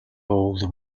old